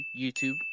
YouTube